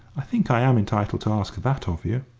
i think i am entitled to ask that of you.